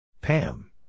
Pam